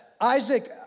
Isaac